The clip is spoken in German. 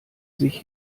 sich